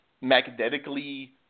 magnetically